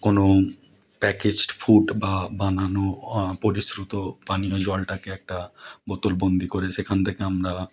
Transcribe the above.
কোনো packaged food বা বানানো পরিস্রুত পানীয় জলটাকে একটা বোতলবন্দি করে সেখান থেকে আমরা